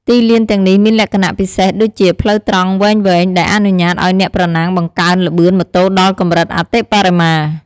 ទីលានទាំងនេះមានលក្ខណៈពិសេសដូចជា ផ្លូវត្រង់វែងៗ ដែលអនុញ្ញាតឱ្យអ្នកប្រណាំងបង្កើនល្បឿនម៉ូតូដល់កម្រិតអតិបរមា។